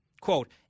Quote